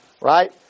Right